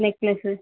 necklace